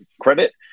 credit